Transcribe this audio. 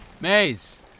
Maze